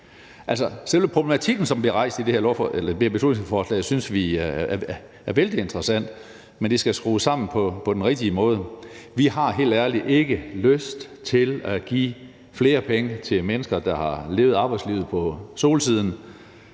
selve problematikken, som bliver rejst i det her beslutningsforslag, synes vi er vældig interessant, men det skal skrues sammen på den rigtige måde. Vi har helt ærligt ikke lyst til at give flere penge til mennesker, der har levet arbejdslivet på solsiden,